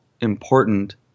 important